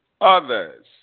others